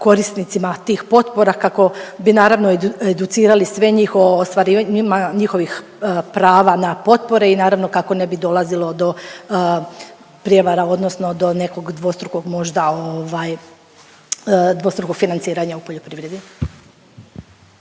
korisnicima tih potpora kako bi naravno educirali sve njih o ostvarivanjima njihovih prava na potpore i naravno kako ne bi dolazilo do prijevara odnosno do nekog dvostrukog možda ovaj dvostrukog financiranja u poljoprivredi.